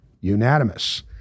unanimous